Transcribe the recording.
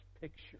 picture